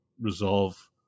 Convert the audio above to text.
resolve